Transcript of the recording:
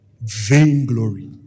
Vainglory